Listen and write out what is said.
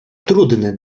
trudne